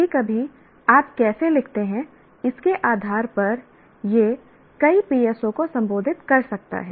कभी कभी आप कैसे लिखते हैं इसके आधार पर यह कई PSO को संबोधित कर सकता है